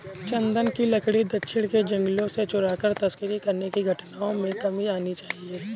चन्दन की लकड़ी दक्षिण के जंगलों से चुराकर तस्करी करने की घटनाओं में कमी आनी चाहिए